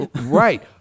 Right